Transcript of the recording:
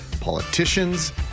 politicians